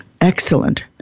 excellent